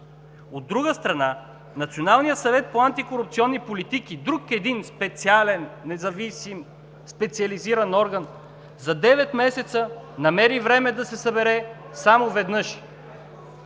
От друга страна, Националният съвет по антикорупционни политики, друг един специален, независим специализиран орган за девет месеца намери време да се събере само веднъж.